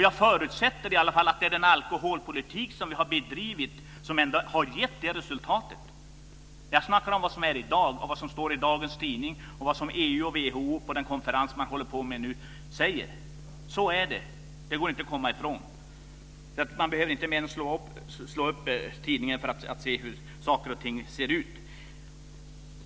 Jag förutsätter i alla fall att det är den alkoholpolitik som vi har bedrivit som ända har gett det resultatet. Jag talar om vad som gäller i dag, vad som står i dagens tidning och vad som sägs från EU och WHO på en pågående konferens. Så är det. Det går inte att komma ifrån. Man behöver inte mer än slå upp tidningen för att se hur saker och ting ser ut.